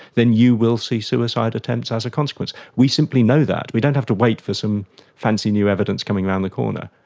then you will see suicide attempts as a consequence. we simply know that, we don't have to wait for some fancy new evidence coming around the corner,